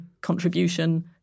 contribution